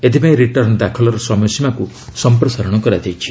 ଏଥିପାଇଁ ରିଟର୍ଣ୍ଣ ଦାଖଲର ସମୟସୀମାକୁ ସଂପ୍ରସାରଣ କରାଯାଇଛି